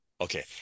Okay